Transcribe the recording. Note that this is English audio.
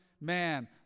Man